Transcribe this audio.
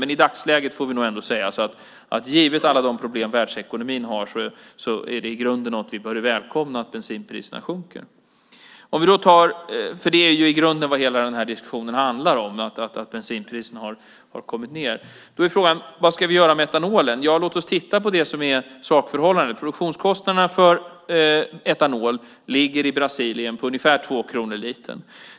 Men i dagsläget får vi nog säga att givet alla problem i världsekonomin är sjunkande bensinpriser något som vi bör välkomna, för vad hela den här diskussionen i grunden handlar om är att bensinpriserna har sjunkit. Då är frågan: Vad ska vi göra med etanolen? Ja, låt oss titta på det som är sakförhållandet. Produktionskostnaderna för etanol ligger i Brasilien på ungefär 2 kronor litern.